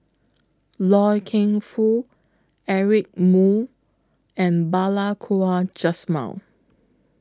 Loy Keng Foo Eric Moo and Balli Kaur Jaswal